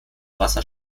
wasser